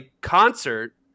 concert